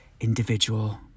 individual